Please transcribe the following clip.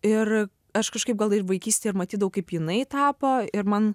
ir aš kažkaip gal ir vaikystėj ir matydavau kaip jinai tapo ir man